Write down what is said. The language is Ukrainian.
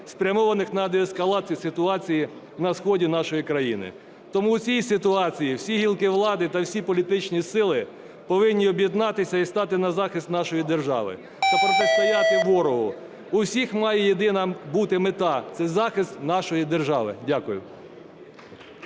спрямованих на деескалацію ситуації на сході нашої країни. Тому в цій ситуації всі гілки влади та всі політичні сили повинні об'єднатися і стати на захист нашої держави та протистояти ворогу. У всіх має єдина бути мета – це захист нашої держави. Дякую.